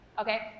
okay